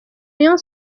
rayon